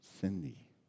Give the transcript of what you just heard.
Cindy